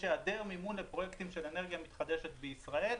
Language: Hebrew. יש היעדר מימון לפרויקטים של אנרגיה מתחדשת בישראל.